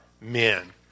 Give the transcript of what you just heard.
men